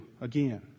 again